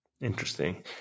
Interesting